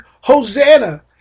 Hosanna